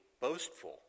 boastful